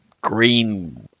green